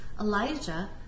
Elijah